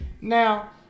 Now